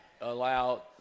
allow